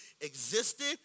existed